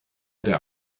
der